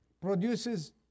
produces